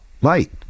Light